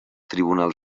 tribunal